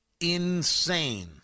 insane